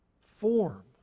form